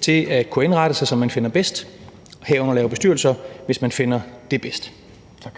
til at kunne indrette sig, som de finder bedst, herunder lave bestyrelser, hvis de finder det bedst. Tak.